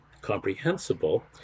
comprehensible